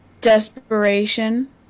desperation